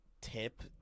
tip